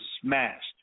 smashed